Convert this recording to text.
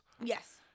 Yes